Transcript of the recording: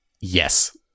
Yes